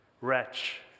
wretch